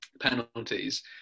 penalties